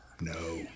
no